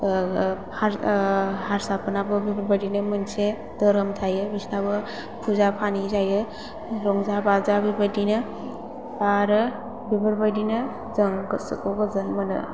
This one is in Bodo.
हारसाफोरनाबो बेफोर बादिनो मोनसे धोरोम थायो बिसोरनाबो फुजा फानि जायो रंजा बाजा बेबादिनो आरो बेफोर बादिनो जों गोसोखौ गोजोन मोनो